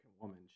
woman